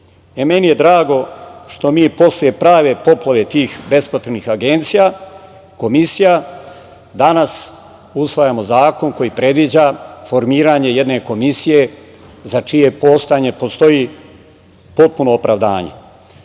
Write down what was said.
Meni je drago što mi posle prave poplave tih bespotrebnih agencija, komisija danas usvajamo zakon koji predviđa formiranje jedne komisije za čije postojanje postoji potpuno opravdanje. Ovakav